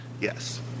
Yes